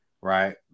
right